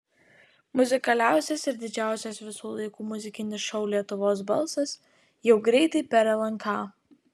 muzikaliausias ir didžiausias visų laikų muzikinis šou lietuvos balsas jau greitai per lnk